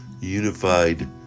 unified